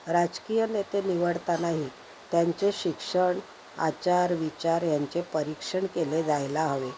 राजकीय नेते निवडतानाही त्यांचे शिक्षण आचार विचार यांचे परीक्षण केले जायला हवे